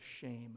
shame